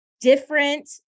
different